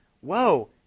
whoa